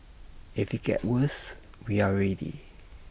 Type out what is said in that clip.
if IT gets worse we are ready